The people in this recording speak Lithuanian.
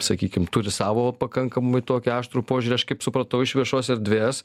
sakykim turi savo pakankamai tokį aštrų požiūrį aš kaip supratau iš viešos erdvės